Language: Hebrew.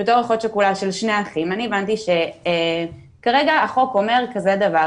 בתור אחות שכולה של שני אחים הבנתי שכרגע החוק אומר כזה דבר,